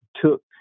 took